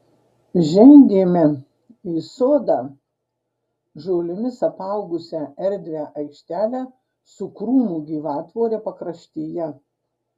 žengėme į sodą žolėmis apaugusią erdvią aikštelę su krūmų gyvatvore pakraštyje